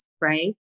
right